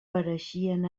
pareixien